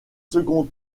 second